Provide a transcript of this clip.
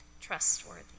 trustworthy